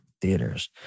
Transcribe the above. theaters